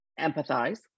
empathize